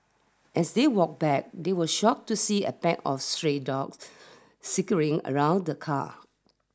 as they walked back they were shocked to see a pack of stray dogs circling around the car